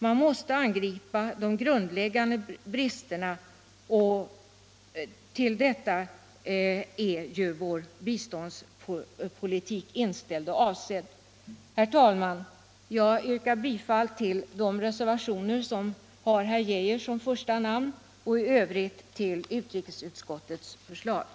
Man måste angripa de grundläggande bristerna, och detta är vår biståndspolitik inställd på och avsedd för. Herr talman! Jag yrkar bifall till de reservationer som har herr Arne Geijer som första namn och i övrigt till utrikesutskottets hemställan.